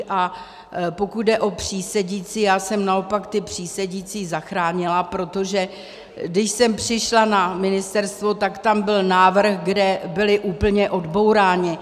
A pokud jde o přísedící, já jsem naopak přísedící zachránila, protože když jsem přišla na ministerstvo, tak tam byl návrh, kde byli úplně odbouráni.